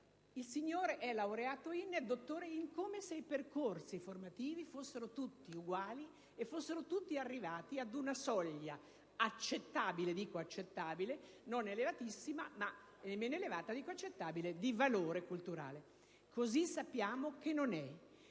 in una certa materia, come se i percorsi formativi fossero tutti uguali e fossero tutti arrivati ad una soglia accettabile - non elevatissima, né elevata - di valore culturale. Così sappiamo che non è.